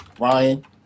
Ryan